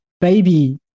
baby